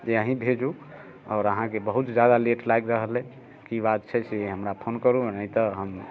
जे अहि भेजु आओर अहाँकेँ बहुत जादा लेट लागि रहल अइ की बात छै से हमरा फोन करू आ नहि तऽ हम